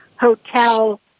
hotel